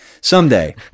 someday